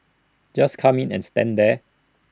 just come in and stand there